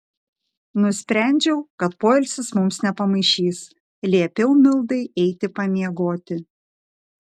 nusprendžiau kad poilsis mums nepamaišys liepiau mildai eiti pamiegoti